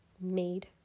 made